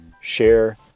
share